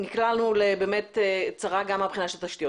נקלענו לצרה גם מהבחינה של תשתיות.